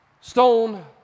stone